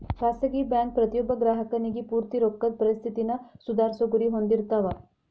ಖಾಸಗಿ ಬ್ಯಾಂಕ್ ಪ್ರತಿಯೊಬ್ಬ ಗ್ರಾಹಕನಿಗಿ ಪೂರ್ತಿ ರೊಕ್ಕದ್ ಪರಿಸ್ಥಿತಿನ ಸುಧಾರ್ಸೊ ಗುರಿ ಹೊಂದಿರ್ತಾವ